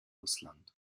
russland